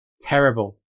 terrible